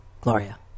Gloria